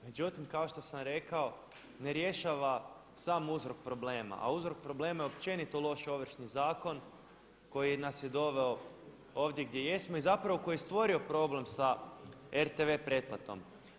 Međutim, kao što sam rekao ne rješava sam uzrok problema, a uzrok problema je općenito loš Ovršni zakon koji nas je doveo ovdje gdje jesmo i zapravo koji je stvorio problem sa RTV pretplatom.